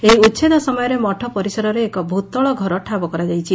ଏହି ଉଛେଦ ସମୟରେ ମଠ ପରିସରରେ ଏକ ଭୂତଳ ଘର ଠାବ କରାଯାଇଛି